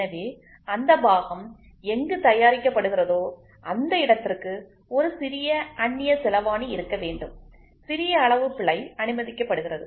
எனவே அந்த பாகம் எங்கு தயாரிக்கப்படுகிறதோ அந்த இடத்திற்கு ஒரு சிறிய அந்நியச் செலாவணி இருக்க வேண்டும் சிறிய அளவு பிழை அனுமதிக்கப்படுகிறது